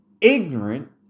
ignorant